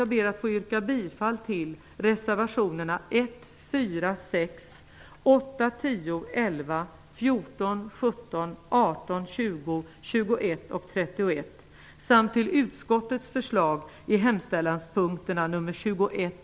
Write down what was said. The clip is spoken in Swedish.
Jag yrkar bifall till reservationerna 1,